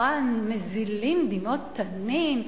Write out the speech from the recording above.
הדוכן מזילים דמעות תנין: